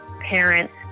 parents